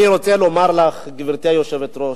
אני רוצה לומר לך, גברתי היושבת-ראש: